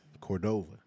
Cordova